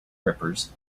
rippers